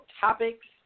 topics